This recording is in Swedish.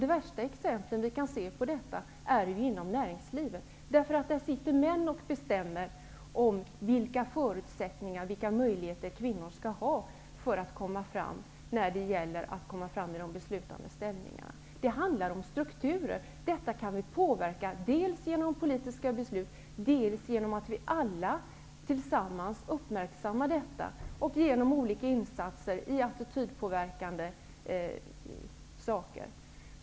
De värsta exemplen på detta kan vi se inom näringslivet. Där bestämmer män vilka förutsättningar och möjligheter kvinnor skall ha för att komma fram till sådana poster. Det handlar om strukturer. Vi kan påverka det här, dels genom att fatta politiska beslut, dels genom att vi alla tillsammans uppmärksammar detta genom olika attitydpåverkande insatser.